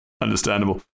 Understandable